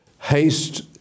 haste